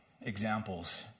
examples